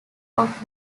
off